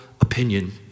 opinion